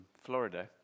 Florida